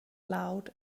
loud